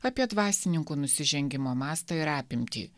apie dvasininkų nusižengimo mastą ir apimtį